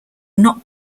not